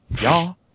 y'all